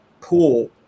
pool